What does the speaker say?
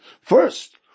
first